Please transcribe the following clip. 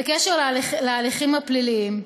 בקשר להליכים הפליליים,